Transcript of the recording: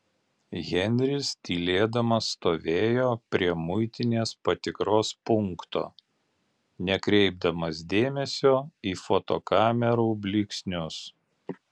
henris tylėdamas stovėjo prie muitinės patikros punkto nekreipdamas dėmesio į fotokamerų blyksnius